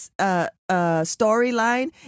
storyline